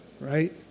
right